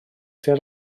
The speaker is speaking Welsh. sydd